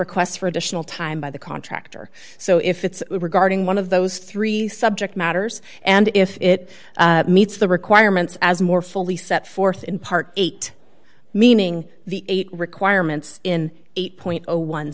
requests for additional time by the contractor so if it's regarding one of those three subject matters and if it meets the requirements as more fully set forth in part eight meaning the eight requirements in eight